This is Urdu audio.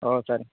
اور سر